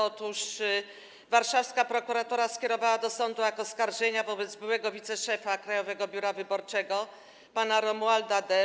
Otóż warszawska prokuratura skierowała do sądu akt oskarżenia wobec byłego wiceszefa Krajowego Biura Wyborczego pana Romualda D.